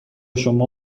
شما